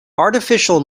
artificial